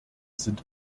sind